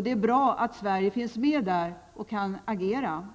Det är bra att Sverige finns med där och kan agera.